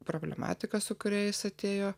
problematiką su kuria jis atėjo